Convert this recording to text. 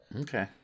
okay